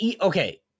Okay